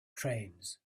trains